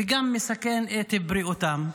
וגם מסכן את בריאותם.